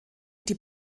die